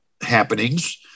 happenings